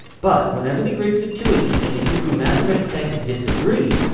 but, whenever the greek septuagint and the hebrew masoretic text disagree,